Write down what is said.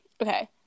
Okay